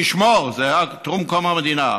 שהיא תשמור, זה היה טרום קום המדינה,